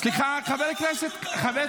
איזה כבוד השר?